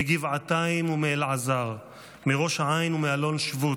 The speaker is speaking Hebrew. מגבעתיים ומאלעזר, מראש העין ומאלון שבות,